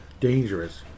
dangerous